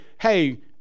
hey